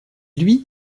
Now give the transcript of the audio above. lui